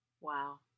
Wow